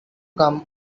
come